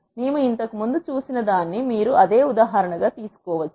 మేము ఇంతకు ముందు చూసిన దాన్ని మీరు అదే ఉదాహరణ గా తీసుకో వచ్చు